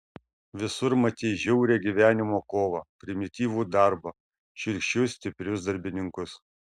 visur matei žiaurią gyvenimo kovą primityvų darbą šiurkščius stiprius darbininkus